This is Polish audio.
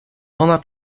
ona